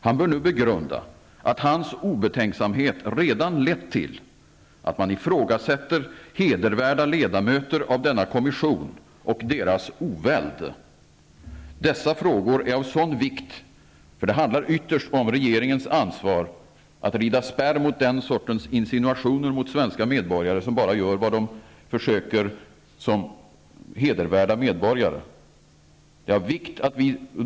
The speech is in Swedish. Han bör nu begrunda att hans obetänksamhet redan lett till att man ifrågasätter hedervärda ledamöter av denna kommission och deras oväld. Dessa frågor är av stor vikt, för det handlar ytterst om regeringens ansvar att rida spärr mot den sortens insinuationer när det gäller svenska medborgare som bara gör vad de försöker göra just som hedervärda medborgare.